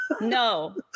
No